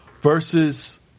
versus